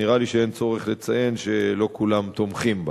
ונראה לי שאין צורך לציין שלא כולם תומכים בה.